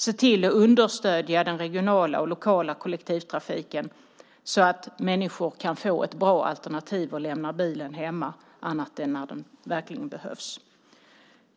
Se till att understödja den regionala och lokala kollektivtrafiken, så att människor kan få ett bra alternativ och lämnar bilen hemma om den inte verkligen behövs.